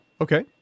Okay